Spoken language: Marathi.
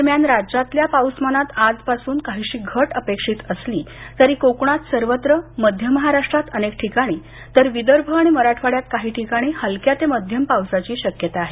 दरम्यान राज्यातल्या पाऊसमानात आजपासून काहीशी घट अपेक्षित असली तरी कोकणात सर्वत्र मध्य महाराष्ट्रात अनेक ठिकाणी तर विदर्भ आणि मराठवाड्यात काही ठिकाणी हलक्या ते मध्यम पावसाची शक्यता आहे